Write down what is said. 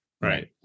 right